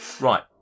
Right